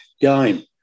game